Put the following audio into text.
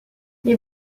les